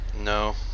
No